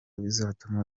bizatuma